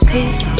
Peace